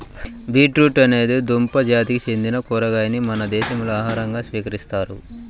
beetroot అనేది దుంప జాతికి చెందిన కూరగాయను మన దేశంలో ఆహారంగా స్వీకరిస్తారు